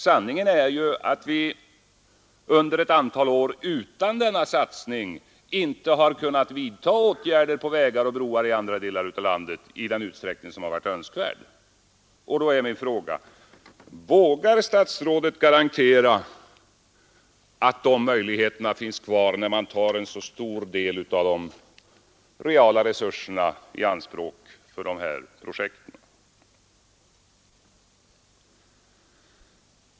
Sanningen är ju att vi under ett antal år utan denna satsning inte har kunnat vidta åtgärder på vägar och broar i andra delar av landet i den utsträckning som varit önskvärd. Då är min fråga: Vågar statsrådet garantera att de möjligheterna finns kvar när man tar en så stor del av de reala resurserna i anspråk för dessa projekt?